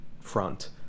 front